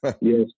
Yes